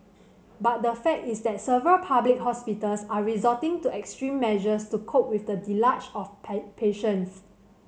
but the fact is that several public hospitals are resorting to extreme measures to cope with the deluge of patients